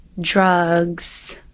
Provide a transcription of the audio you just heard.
drugs